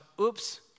oops